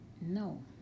No